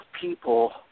people